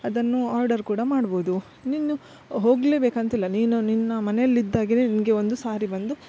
ಅದನ್ನು ಆರ್ಡರ್ ಕೂಡ ಮಾಡ್ಬೋದು ನೀನು ಹೋಗಲೇಬೇಕಂತಿಲ್ಲ ನೀನು ನಿನ್ನ ಮನೆಯಲ್ಲಿದ್ದಾಗೆ ನಿನಗೆ ಒಂದು ಸಾರಿ ಬಂದು